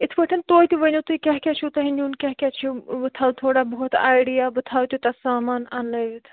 اِتھ پٲٹھۍ تُہۍ تہِ ؤنو تُہۍ کیٛاہ کیٛاہ چھُو تۄہہِ نیُن کیٛاہ کیٛاہ چھُ بہٕ تھاو تھوڑا بہت آیڈیا بہٕ تھاو تیوٗتاہ سامان اَننٲوِتھ